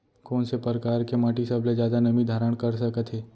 कोन से परकार के माटी सबले जादा नमी धारण कर सकत हे?